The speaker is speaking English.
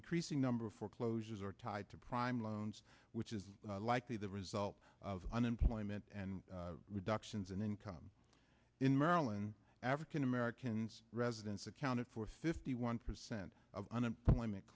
increasing number of foreclosures are tied to prime loans which is likely the result of unemployment and reductions in income in maryland african americans residents accounted for fifty one percent unemployment